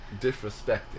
Disrespected